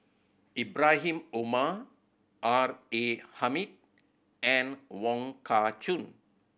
Ibrahim Omar R A Hamid and Wong Kah Chun